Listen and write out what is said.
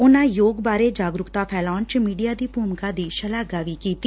ਉਨਾਂ ਯੋਗ ਬਾਰੇ ਜਾਗਰੁਕਤਾ ਫੈਲਾਉਣ ਚ ਮੀਡੀਆ ਦੀ ਭੁਮਿਕਾ ਦੀ ਸ਼ਲਾਘਾ ਵੀ ਕੀਡੀ